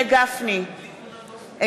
בעד